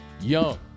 Young